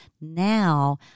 Now